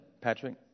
Patrick